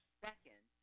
second